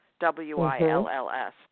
W-I-L-L-S